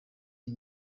iki